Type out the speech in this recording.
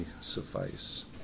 suffice